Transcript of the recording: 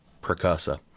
precursor